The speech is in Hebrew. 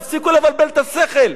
תפסיקו לבלבל את השכל.